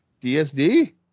DSD